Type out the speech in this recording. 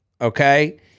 okay